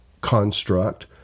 construct